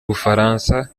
bufaransa